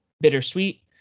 bittersweet